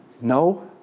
No